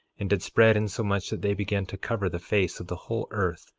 and did spread insomuch that they began to cover the face of the whole earth,